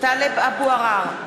טלב אבו עראר,